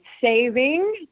saving